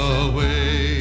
away